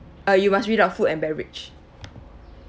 uh you must read out food and beverage